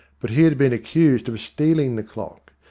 but he had been accused of stealing the clock,